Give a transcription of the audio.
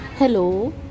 Hello